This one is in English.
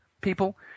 people